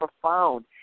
profound